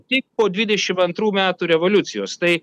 tik po dvidešimt antrų metų revoliucijos tai